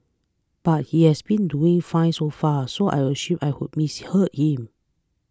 but he has been doing fine so far so I assumed I who misheard him